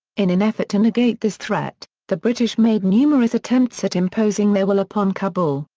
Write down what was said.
in an effort to negate this threat, the british made numerous attempts at imposing their will upon kabul,